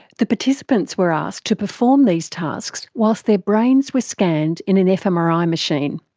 the participants were asked to perform these tasks whilst their brains were scanned in an fmri machine.